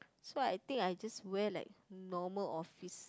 that's why I think I just wear like normal office